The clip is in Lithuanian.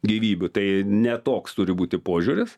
gyvybių tai ne toks turi būti požiūris